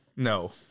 No